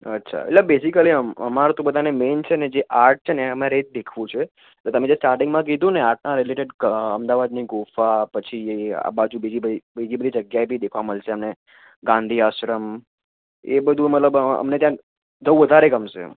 અચ્છા એટલે બેઝિકલી અમારે તો બધાને મેઇન છે ને જે આર્ટ છે ને અમારે એ જ દેખવું છે તો તમે જે સ્ટાર્ટિંગમાં કીધું ને આર્ટના રિલેટેડ અમદાવાદની ગુફા પછી આ બાજુ બીજી બધી બીજી બધી જગ્યાએ બી દેખવા મળશે અને ગાંધી આશ્રમ એ બધું મતલબ અમને ત્યાં જવું વધારે ગમશે એમ